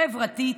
חברתית,